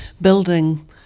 building